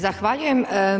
Zahvaljujem.